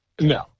No